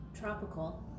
Tropical